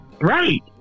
Right